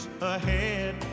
ahead